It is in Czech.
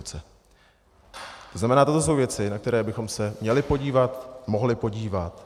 To znamená, to jsou věci, na které bychom se měli podívat, mohli podívat.